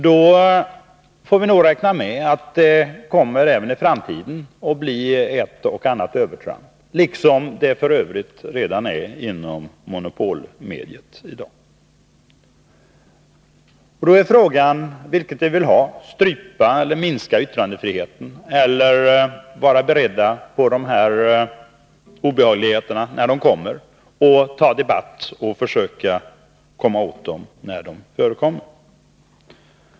Då får vi räkna med att det även i framtiden kommer att bli ett och annat övertramp, liksom det f. ö. redan förhåller sig inom monopolmediet i dag. Frågan är: Vilket vill vi ha? Vill vi strypa eller minska yttrandefriheten eller är vi beredda på de här obehagligheterna när de kommer, och vill vi ta en debatt och försöka komma åt dem?